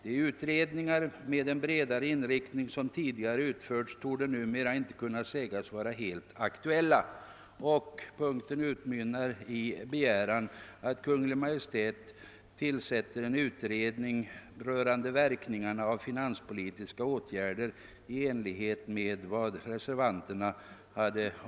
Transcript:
De utredningar med en bredare inriktning som tidigare utförts torde numera inte kunna sägas vara helt aktuclla.» Det utmynnar i en begäran att Kungl. Maj:t tillsätter en utredning rörande verkningarna av finanspolitiska åtgärder i enlighet med reservanternas skrivning.